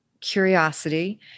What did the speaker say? curiosity